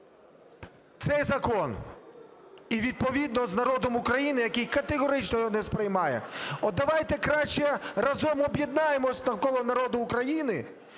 цей закон. І відповідно з народом України, який категорично його не сприймає. От давайте краще разом об'єднаємося навколо народу України